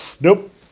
Nope